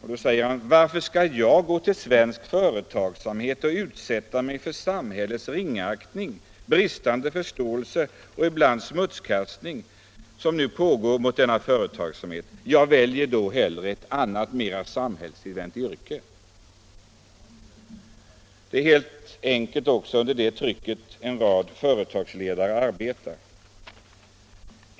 Han sade: ”Varför skall jag gå till svensk företagsamhet och utsätta mig för samhällets ringaktning, bristande förståelse och ibland smutskastning som pågår mot denna företagsamhet? Jag väljer då ett annat mera samhällstillvänt yrke.” Det är helt enkelt under det trycket en rad företagsledare arbetar.